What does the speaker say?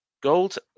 Gold